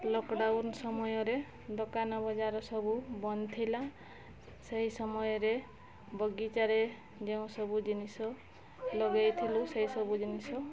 lockdown ସମୟରେ ଦୋକାନ ବଜାର ସବୁ ବନ୍ଦ ଥିଲା ସେଇ ସମୟରେ ବଗିଚାରେ ଯେଉଁସବୁ ଜିନିଷ ଲଗାଇଥିଲୁ ସେହି ସବୁ ଜିନିଷ